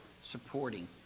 supporting